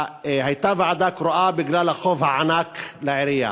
הייתה ועדה קרואה בגלל החוב הענק של העירייה.